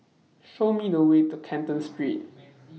Show Me The Way to Canton Street